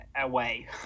away